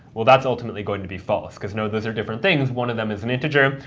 well, that's ultimately going to be false, because no, those are different things. one of them is an integer.